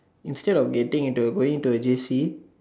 instead of getting into going into a J_C